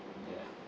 ya